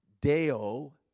deo